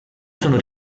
sono